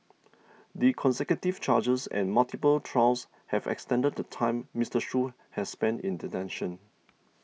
the consecutive charges and multiple trials have extended the time Mister Shoo has spent in detention